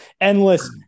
endless